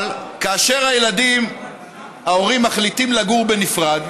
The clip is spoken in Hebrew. אבל כאשר ההורים מחליטים לגור בנפרד,